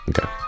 Okay